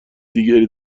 دیگری